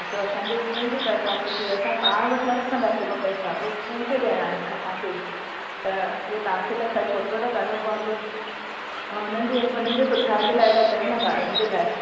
असांजे स्कूल जे तर्फ़ां थो थिए असां पाण वटि न रखंदासी हू पैसा हूअ स्कूल खे ॾियणा आहिनि असांखे बि त हू तव्हांखे त ख़र्चु एतिरो करणो पवंदो हुननि जे हुननि जे सुधार जे लाइ था कयूं न बारनि जे लाए